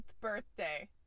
birthday